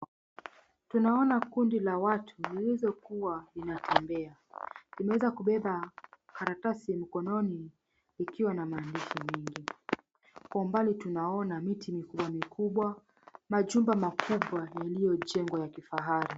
Tunaona kundi la watu vilivyokuwa linatembea. Limeza kubeba karatasi mkononi ikiwa na maandishi mengi. Kwa mbali tunaona miti mikubwa mikubwa, majumba makubwa yaliyojengwa ya kifahari.